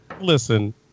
Listen